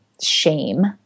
shame